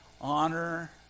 honor